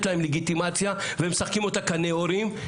להן לגיטימציה ומשחקים אותה כנאורים.